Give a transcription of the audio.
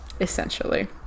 essentially